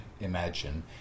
imagine